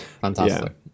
Fantastic